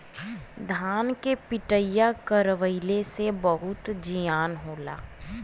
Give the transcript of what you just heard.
धान के पिटईया करवइले से बहुते जियान होला